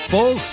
Full